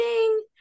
ding